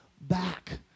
back